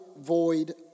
void